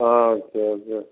okay okay